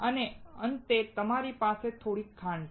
અને અંતે અમારી પાસે થોડી ખાંડ છે